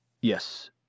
Yes